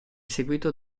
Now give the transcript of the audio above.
seguito